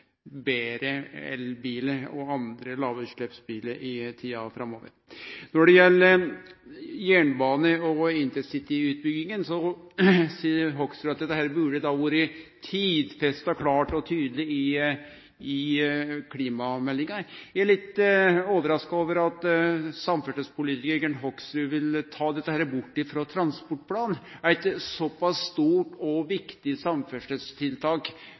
betre elbilar og andre lågutsleppsbilar i tida framover. Når det gjeld jernbane og intercityutbygginga, seier Hoksrud at dette burde ha vore tidfesta klart og tydeleg i klimameldinga. Eg er litt overraska over at samferdselspolitikaren Hoksrud vil ta dette bort frå transportplanen. Eit såpass stort og viktig